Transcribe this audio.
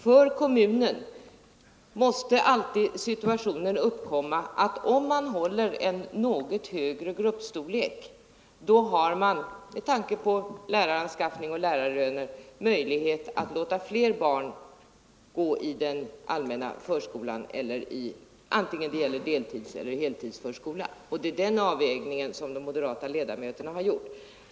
För kommunen måste alltid den situationen uppkomma, att om man håller en något större gruppstorlek har man, med tanke på läraranskaffning och lärarlöner, möjlighet att låta fler barn gå i den allmänna förskolan, vare sig det gäller heltidseller deltidsförskola. Och det är den kvalitetsavvägningen som de moderata ledamöterna har gjort.